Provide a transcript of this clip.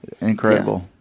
incredible